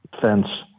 fence